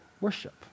worship